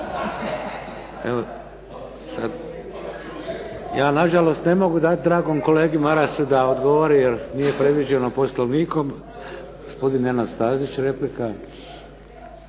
Ja na žalost ne mogu dati dragom kolegi Marasu da odgovori, jer nije predviđeno Poslovnikom. Gospodin Nenad Stazić, replika.